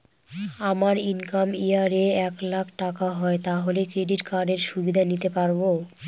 আমার income year এ এক লাক টাকা হয় তাহলে ক্রেডিট কার্ড এর সুবিধা নিতে পারবো?